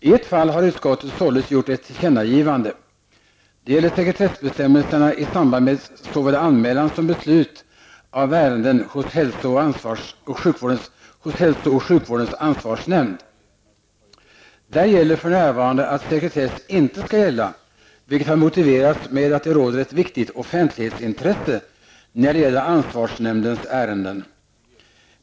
I ett fall har utskottet således gjort ett tillkännagivande. Det gäller sekretessbestämmelserna i samband med såväl anmälan som beslut av ärenden hos hälso och sjukvårdens ansvarsnämnd. Där råder för närvarande den regeln att sekretess inte skall gälla, vilket har motiverats med att det finns ett viktigt offentlighetsintresse, när det gäller ansvarsnämndens ärenden.